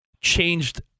changed